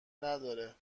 نداره